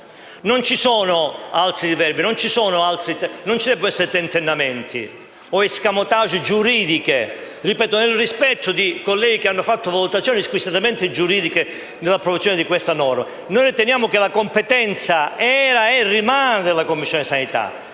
Non ci sono altri riverberi; non può esserci alcun tentennamento o *escamotage* giuridico, pur nel rispetto dei colleghi che hanno fatto valutazioni squisitamente giuridiche, circa l'approvazione di questa norma. Riteniamo che la competenza era e rimane della Commissione sanità,